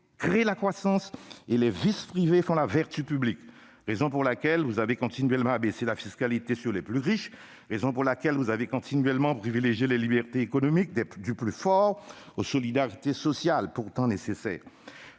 créent la croissance et les vices privés font la vertu publique, raison pour laquelle vous avez continuellement abaissé la fiscalité sur les plus riches ; raison pour laquelle vous avez continuellement privilégié les libertés économiques des plus forts aux solidarités sociales pourtant nécessaires.